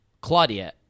Claudia